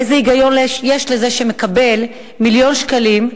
איזה היגיון יש שזה שמקבל מיליון שקלים,